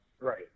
Right